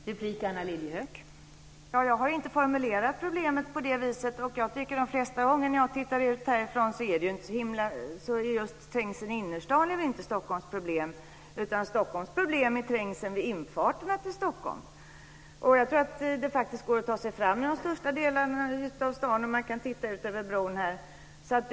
Fru talman! Jag har inte formulerat problemet på det viset. När jag tittar ut från riksdagshuset finner jag inte att trängseln just i innerstan är Stockholms problem. Stockholms problem är trängseln vid stadens infarter. Jag tror faktiskt att det går att ta sig fram i de största delarna av stan, ungefär som på bron här utanför.